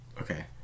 Okay